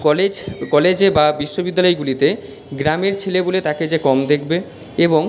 college কলেজে বা বিশ্ববিদ্যালয়গুলিতে গ্রামের ছেলে বলে যে তাকে কম দেকবে এবং